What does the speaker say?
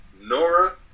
Nora